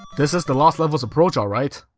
this is the lost levels approach, alright.